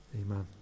Amen